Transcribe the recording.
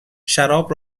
شراب